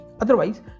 Otherwise